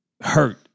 Hurt